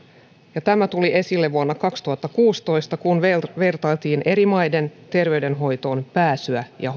ja tämä tuli esille vuonna kaksituhattakuusitoista kun vertailtiin eri maiden terveydenhoitoon pääsyä ja